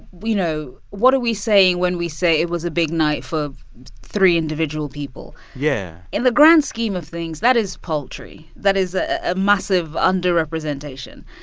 you know, what are we saying when we say it was a big night for three individual people? yeah in the grand scheme of things, that is paltry. that is ah a massive underrepresentation.